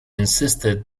insisted